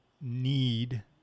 need